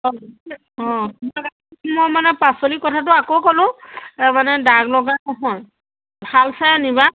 অঁ মই মানে পাচলিৰ কথাটো আকৌ ক'লোঁ মানে দাগ লগা নহয় ভাল চাই আনিবা